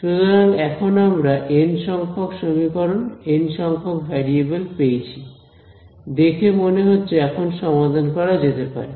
সুতরাং এখন আমরা এন সংখ্যক সমীকরণ এন সংখ্যক ভ্যারিয়েবল পেয়েছি দেখে মনে হচ্ছে এখন সমাধান করা যেতে পারে